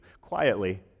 Quietly